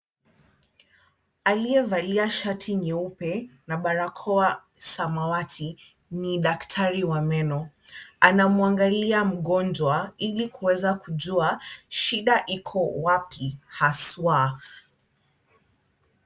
Aliyevalia shati nyeupe na barakoa samawati ni daktari wa meno. Anamwangalia mgonjwa ili kuweza kujua shida iko wapi haswa.